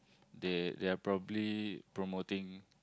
they they are probably promoting